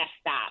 stop